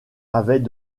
avaient